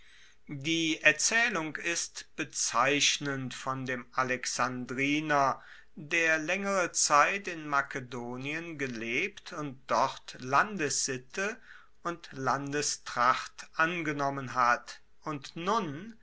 die erzaehlung ist bezeichnend von dem alexandriner der laengere zeit in makedonien gelebt und dort landessitte und landestracht angenommen hat und nun